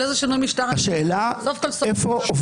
על איזה שינוי משטר סוף כל סוף מדובר?